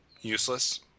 useless